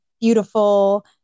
beautiful